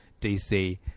DC